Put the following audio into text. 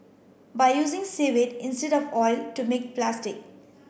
by using seaweed instead of oil to make plastic